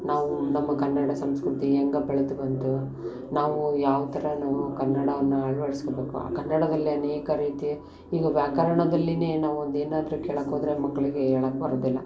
ನಾವು ನಮ್ಮ ಕನ್ನಡ ಸಂಸ್ಕೃತಿ ಹೆಂಗ ಬೆಳೆದು ಬಂತು ನಾವು ಯಾವ ಥರ ನಾವು ಕನ್ನಡವನ್ನ ಅಳವಡ್ಸ್ಕೋಬೇಕು ಆ ಕನ್ನಡದಲ್ಲಿ ಅನೇಕ ರೀತಿ ಈಗ ವ್ಯಾಕರ್ಣದಲ್ಲಿಯೇ ನಾವು ಒಂದು ಏನಾದ್ರೂ ಕೇಳೋಕ್ಕೋದ್ರೆ ಮಕ್ಕಳಿಗೆ ಹೇಳಕ್ ಬರುವುದಿಲ್ಲ